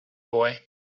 boy